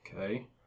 Okay